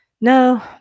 No